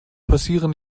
passieren